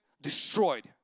destroyed